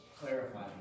clarify